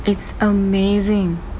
it's amazing